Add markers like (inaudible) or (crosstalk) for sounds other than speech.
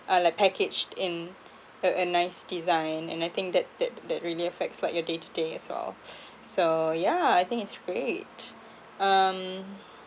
uh like packaged in a a nice design and I think that that that really affects like your day to day as well (breath) so yeah I think it's great um